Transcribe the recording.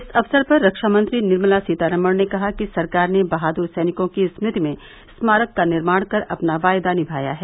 इस अवसर पर रक्षामंत्री निर्मला सीतारामन ने कहा कि सरकार ने बहादुर सैनिकों की स्मृति में स्मारक का निर्माण कर अपना वायदा निमाया है